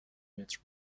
متر